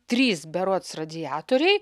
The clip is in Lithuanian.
trys berods radiatoriai